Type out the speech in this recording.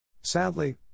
Sadly